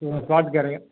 ம் ஸ்பாட் கிரையம்